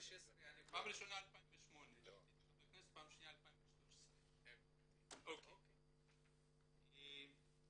פעם ראשונה 2008 הייתי חבר כנסת ופעם שניה 2013. תודה.